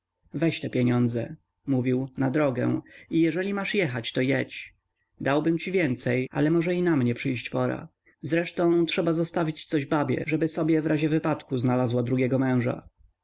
weź te pieniądze mówił na drogę i jeżeli masz jechać to jedź dałbym ci więcej ale może i na mnie przyjść pora zresztą trzeba zostawić coś babie żeby sobie wrazie wypadku znalazła drugiego męża